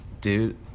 Dude